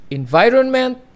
environment